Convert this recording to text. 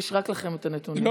רק לכם יש את הנתונים.